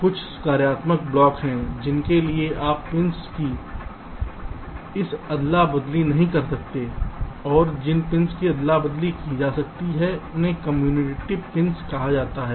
तो कुछ कार्यात्मक ब्लॉक हैं जिनके लिए आप पिंस की इस अदला बदली नहीं कर सकते हैं और जिन पिंस की अदला बदली की जा सकती है उन्हें कम्यूटेटिव पिंस कहा जाता है